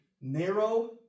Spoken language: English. narrow